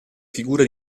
figure